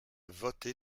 voter